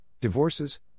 divorces